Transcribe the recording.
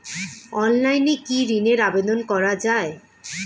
অনলাইনে কি ঋনের আবেদন করা যায়?